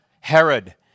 Herod